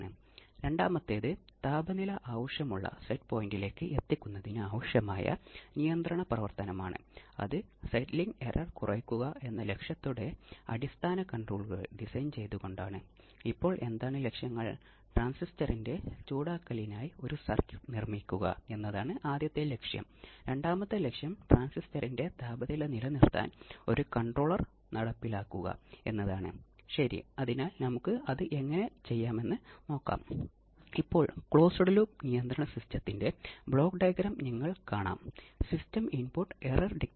ഇൻഡക്ടറുകളും കപ്പാസിറ്ററുകളും ആവശ്യമുള്ളവയെ LC oscillator inductor L capacitor C LC oscillator ചില സന്ദർഭങ്ങളിൽ ക്രിസ്റ്റൽ ഉപയോഗിക്കുന്നു അവയെ ക്രിസ്റ്റൽ ഓസിലേറ്ററുകൾ എന്ന് വിളിക്കുന്നു